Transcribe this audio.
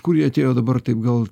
kur jie atėjo dabar taip gal